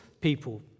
people